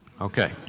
Okay